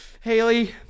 Haley